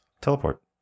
Teleport